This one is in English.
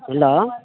hello